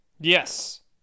Yes